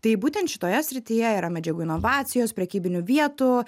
tai būtent šitoje srityje yra medžiagų inovacijos prekybinių vietų